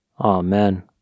Amen